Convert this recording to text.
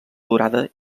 durada